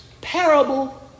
parable